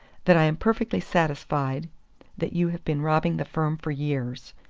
that i am perfectly satisfied that you have been robbing the firm for years.